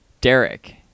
Derek